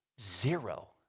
Zero